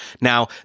Now